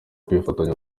kwifatanya